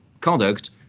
conduct